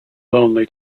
lonely